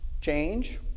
change